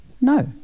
No